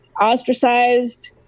ostracized